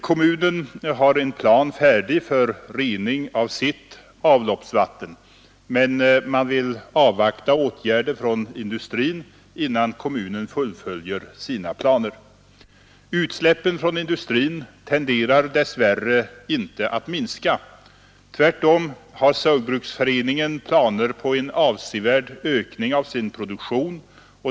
Kommunen har en plan färdig för rening av sitt avloppsvatten. Men man vill avvakta åtgärder från industrin innan kommunen fullföljer sina planer. Utsläppen från industrin tenderar dess värre inte att minska. Tvärtom har Saugbruksforeningen planer på en avsevärd ökning av sin produktion.